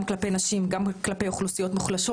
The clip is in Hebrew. גם כלפי נשים, גם כלפי אוכלוסיות מוחלשות.